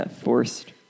forced